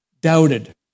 doubted